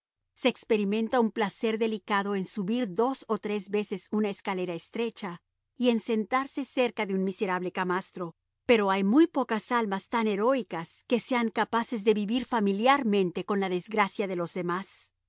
se experimenta un placer delicado en subir dos o tres veces una escalera estrecha y en sentarse cerca de un miserable camastro pero hay muy pocas almas tan heroicas que sean capaces de vivir familiarmente con la desgracia de los demás